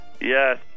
Yes